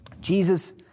Jesus